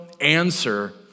answer